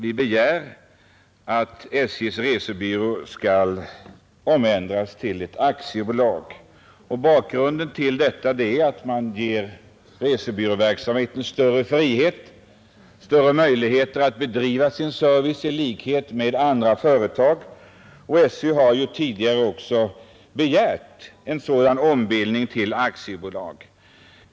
Vi begär där att SJ:s resebyråverksamhet skall omändras till aktiebolagsform. Bakgrunden till detta är att man bör ge resebyråverksamheten större frihet, dvs. större möjligheter för SJ att ge service på samma sätt som andra företag. SJ har tidigare också begärt en sådan ombildning.